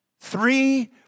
Three